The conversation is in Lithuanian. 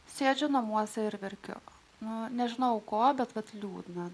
sėdžiu namuose ir verkiu nu nežinau ko bet vat liūdna